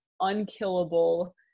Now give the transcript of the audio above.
unkillable